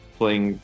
playing